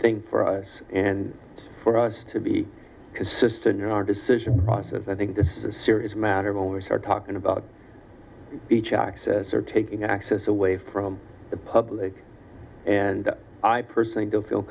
thing for us and for us to be consistent in our decision process i think this is a serious matter the owners are talking about each access are taking access away from the public and i personally don't feel